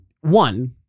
one